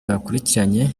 bakurikiranye